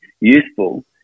useful